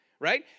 Right